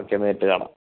okay നേരിട്ട് കാണാം